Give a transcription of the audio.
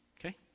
Okay